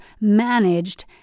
managed